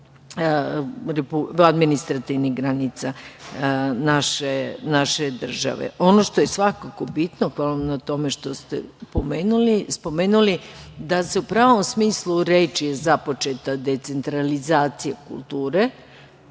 administrativnih granica naše države. Ono što je svakako bitno, hvala vam na tome što ste spomenuli da je u pravom smislu reči započeta decentralizacija kulture.